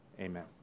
Amen